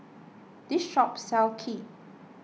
this shop sells Kheer